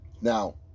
Now